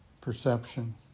perception